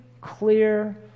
clear